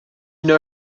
know